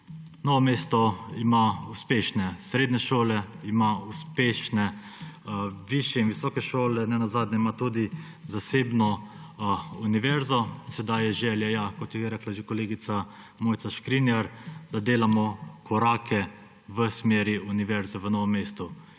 Novo mesto ima uspešne srednje šole, ima uspešne višje in visoke šole, nenazadnje ima tudi zasebno univerzo. Zdaj je želja, kot je rekla že kolegica Mojca Škrinjar, da delamo korake v smeri univerze v Novem mestu.